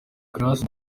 grace